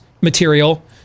material